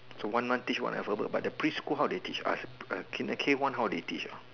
so one month teach one Alphabet but the preschool how they teach ask the K one how they teach ah